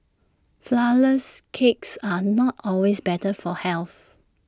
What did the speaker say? Flourless Cakes are not always better for health